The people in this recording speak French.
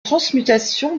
transmutation